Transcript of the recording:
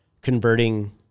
converting